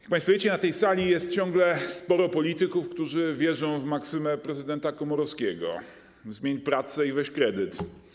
Jak państwo wiecie, na tej sali ciągle jest sporo polityków, którzy wierzą w maksymę prezydenta Komorowskiego: zmień pracę i weź kredyt.